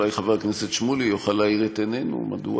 אולי חבר הכנסת שמולי יוכל להאיר את עינינו מדוע